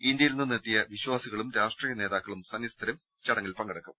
ഇന്ത്യയിൽ നിന്നെത്തിയ വിശ്വാസികളും രാഷ്ട്രീയ നേതാക്കളും സന്യ സ്തരും ചടങ്ങിൽ പങ്കെടുക്കും